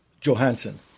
Johansson